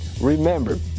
Remember